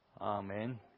Amen